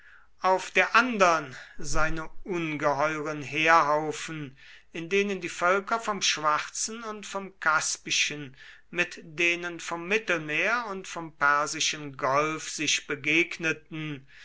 auf der andern seine ungeheuren heerhaufen in denen die völker vom schwarzen und vom kaspischen mit denen vom mittelmeer und vom persischen golf sich begegneten